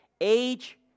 Age